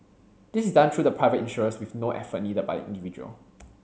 this is done through the private insurers with no effort needed by the individual